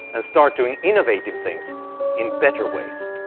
and start doing innovative things in better ways.